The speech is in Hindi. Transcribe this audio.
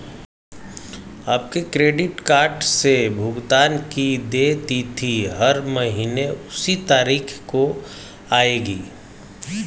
आपके क्रेडिट कार्ड से भुगतान की देय तिथि हर महीने उसी तारीख को आएगी